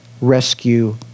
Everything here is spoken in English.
rescue